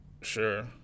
Sure